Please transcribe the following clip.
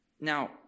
Now